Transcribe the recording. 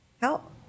Help